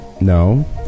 No